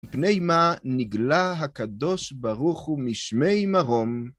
מפני מה נגלה הקדוש ברוך הוא משמי מרום.